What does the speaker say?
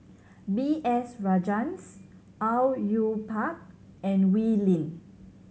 B S Rajhans Au Yue Pak and Wee Lin